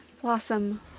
blossom